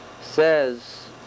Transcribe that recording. says